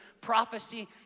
prophecy